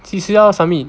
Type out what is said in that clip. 几时要 submit